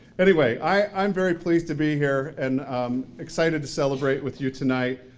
anyway i'm very pleased to be here and excited to celebrate with you tonight.